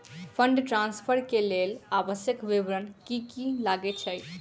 Fund transfer केँ लेल आवश्यक विवरण की की लागै छै?